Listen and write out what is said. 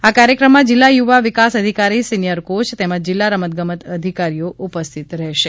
આ કાર્થક્રમમાં જિલ્લા યુવા વિકાસ અધિકારી સીનીયર કોચ તેમજ જિલ્લા રમતગમત અધિકારીઓ ઉપસ્થિત રહેશે